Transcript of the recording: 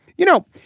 you know,